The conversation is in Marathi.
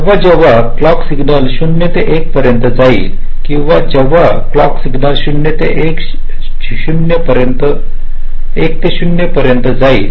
जेव्हा जेव्हा क्लॉक सिग्नल 0 ते 1 पर्यंत जाईल किंवा जेव्हा क्लॉक सिग्नल 1 ते 0 पर्यंत जाईल